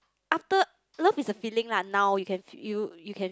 after love is the feeling now you can you you can